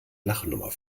lachnummer